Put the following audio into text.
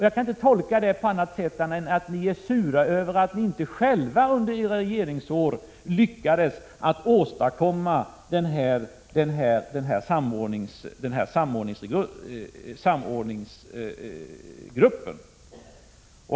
Jag kan inte tolka detta på annat sätt än att ni är sura Över att ni inte själva under era regeringsår lyckades åstadkomma denna samordningsgrupp.